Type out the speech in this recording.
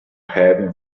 heaven